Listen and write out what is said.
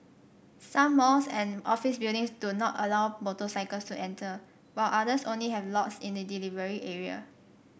some malls and office buildings do not allow motorcycles to enter while others only have lots in the delivery area